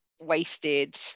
wasted